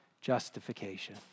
justification